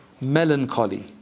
melancholy